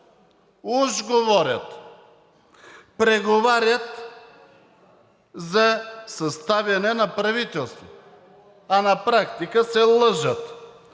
уж говорят, преговарят за съставяне на правителство, а на практика се лъжат